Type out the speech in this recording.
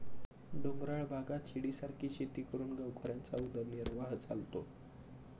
डोंगराळ भागात शिडीसारखी शेती करून गावकऱ्यांचा उदरनिर्वाह चालतो